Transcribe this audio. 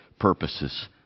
purposes